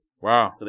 Wow